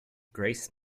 grace